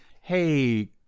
hey